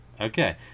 Okay